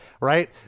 right